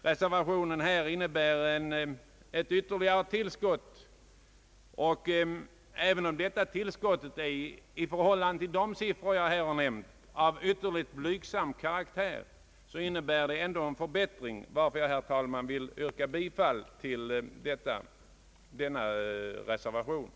Reservationen innebär ett ytterligare tillskott, och även om detta tillskott är i förhållande till de siffror jag här nämnt av ytterligt blygsam karaktär, innebär det ändå en förbättring, varför jag, herr talman, vill yrka bifall till reservationen.